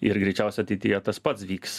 ir greičiausia ateityje tas pats vyks